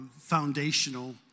foundational